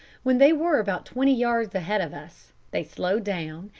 when they were about twenty yards ahead of us, they slowed down,